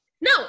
No